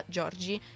Giorgi